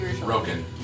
Broken